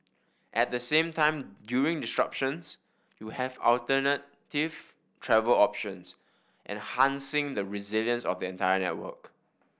at the same time during disruptions you have alternative travel options enhancing the resilience of the entire network